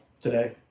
today